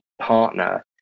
partner